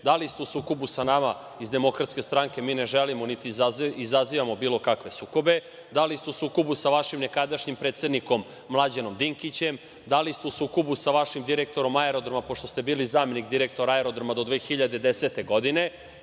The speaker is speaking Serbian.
da li ste u sukobu sa nama iz Demokratske stranke, mi ne želimo, niti izazivamo bilo kakve sukobe, da li ste u sukobu sa vašim nekadašnjim predsednikom Mlađanom Dinkićem, da li ste u sukobu sa vašim direktorom aerodroma, pošto ste bili zamenik direktora aerodroma do 2010. godine